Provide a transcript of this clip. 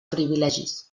privilegis